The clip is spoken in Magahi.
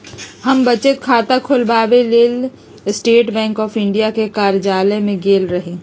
हम बचत खता ख़ोलबाबेके लेल स्टेट बैंक ऑफ इंडिया के कर्जालय में गेल रही